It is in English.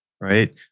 right